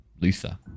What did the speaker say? Luther